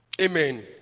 Amen